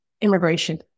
immigration